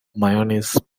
mayonnaise